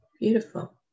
beautiful